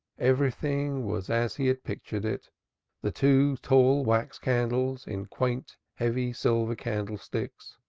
everything was as he had pictured it the two tall wax candles in quaint heavy silver candlesticks,